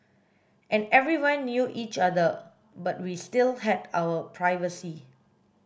and everyone knew each other but we still had our privacy